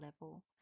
level